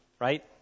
right